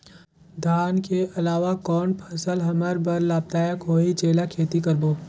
धान के अलावा कौन फसल हमर बर लाभदायक होही जेला खेती करबो?